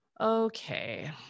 Okay